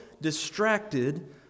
distracted